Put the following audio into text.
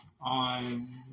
on